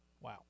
Wow